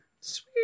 sweet